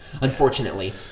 unfortunately